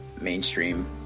mainstream